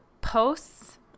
posts